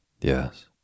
Yes